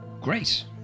Great